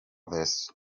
this